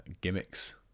gimmicks